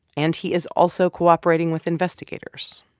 and he is also cooperating with investigators,